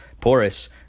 porous